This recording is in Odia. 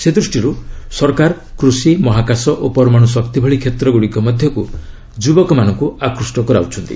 ସେ ଦୃଷ୍ଟିରୁ ସରକାର କୃଷି ମହାକାଶ ଓ ପରମାଣୁ ଶକ୍ତି ଭଳି କ୍ଷେତ୍ରଗୁଡ଼ିକ ମଧ୍ୟକୁ ଯୁବକମାନଙ୍କୁ ଆକୃଷ୍ଟ କରାଉଛନ୍ତି